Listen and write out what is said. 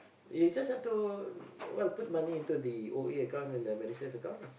you just have to well put money into the O A account and the Medisave account lah